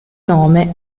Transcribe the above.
nome